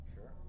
Sure